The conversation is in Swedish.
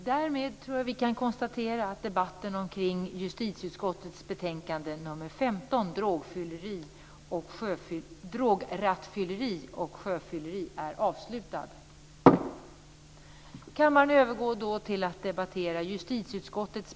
Fru talman!